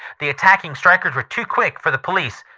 the attacking strikers were too quick for the police.